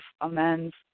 amends